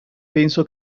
penso